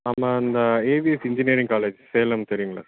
ஆமா அந்த AVS engineering college Salem தெரியுங்களா சார்